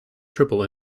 triple